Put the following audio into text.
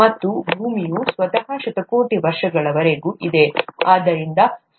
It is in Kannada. ಮತ್ತು ಭೂಮಿಯು ಸ್ವತಃ ಶತಕೋಟಿ ವರ್ಷಗಳವರೆಗೆ ಇದೆ ಆದ್ದರಿಂದ ಸುಮಾರು 4